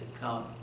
come